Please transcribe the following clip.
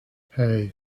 hey